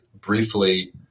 briefly